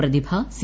Prathibha C